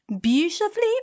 beautifully